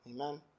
Amen